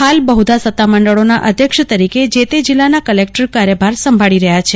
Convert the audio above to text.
હાલ બહુધા સતામંકળોના અધ્યક્ષ તરીકે જે તે જિલ્લાના કલેકટર કાર્યભાર સંભાળે છે